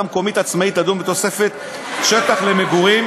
המקומית העצמאית לדון בתוספת שטח למגורים,